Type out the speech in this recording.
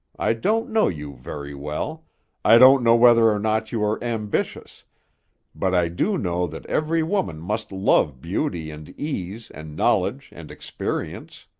i don't know you very well i don't know whether or not you are ambitious but i do know that every woman must love beauty and ease and knowledge and experience.